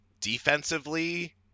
Defensively